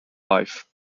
life